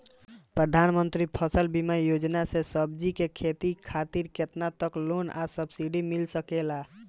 प्रधानमंत्री फसल बीमा योजना से सब्जी के खेती खातिर केतना तक के लोन आ सब्सिडी मिल सकेला?